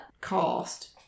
cost